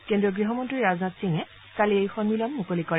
কেন্দ্ৰীয় গৃহমন্ত্ৰী ৰাজনাথ সিঙে কালি এই সম্মিলন মুকলি কৰে